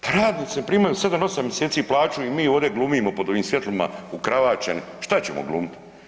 Pa radnici ne primaju 7, 8 mjeseci plaću i mi ovdje glumimo pod ovim svjetlima ukravaćeni, šta ćemo glumiti.